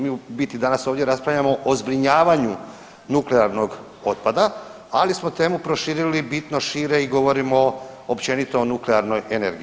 Mi u biti danas ovdje raspravljamo o zbrinjavanju nuklearnog otpada, ali smo temu proširili bitno šire i govorimo općenito o nuklearnoj energiji.